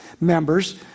members